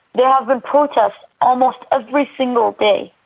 there have been protests almost every single day.